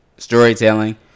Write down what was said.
storytelling